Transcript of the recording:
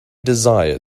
desire